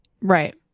Right